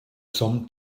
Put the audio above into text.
some